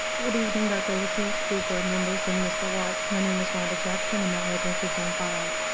good evening dr. lateef, school board members, and mr. walts. my name is rhonda jackson and my address is on file.